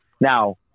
Now